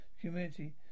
Community